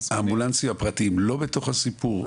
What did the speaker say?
האמבולנסים הפרטיים לא בתוך הסיפור?